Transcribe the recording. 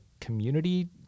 community